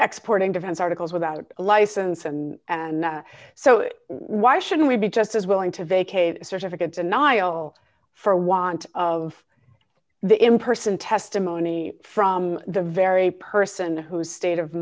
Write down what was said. exporting defense articles without a license and and so why shouldn't we be just as willing to vacate certificates and nial for want of the in person testimony from the very person who's state of